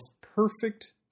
perfect